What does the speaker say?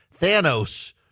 Thanos